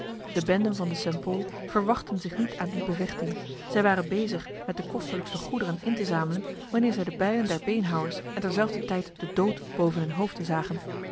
de benden van de st pol verwachtten zich niet aan die bevechting zij waren bezig met de kostelijkste goederen in te zamelen wanneer zij de bijlen der beenhouwers en terzelfder tijd de dood boven hun hoofden zagen